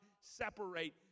separate